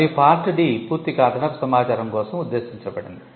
మరియు part D పూర్తిగా అదనపు సమాచారం కోసం ఉద్దేశించబడింది